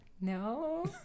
no